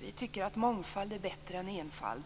Vi tycker att mångfald är bättre än enfald.